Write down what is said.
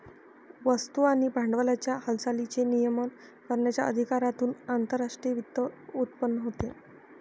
वस्तू आणि भांडवलाच्या हालचालींचे नियमन करण्याच्या अधिकारातून आंतरराष्ट्रीय वित्त उत्पन्न होते